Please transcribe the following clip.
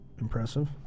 impressive